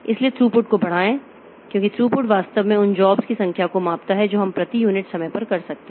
इसलिए थ्रूपुट को बढ़ाएं क्योंकि थ्रूपुट वास्तव में उन जॉब्स की संख्या को मापता है जो हम प्रति यूनिट समय पर कर सकते हैं